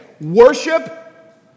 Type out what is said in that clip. worship